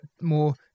more